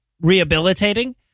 rehabilitating